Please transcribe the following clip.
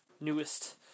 newest